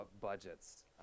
budgets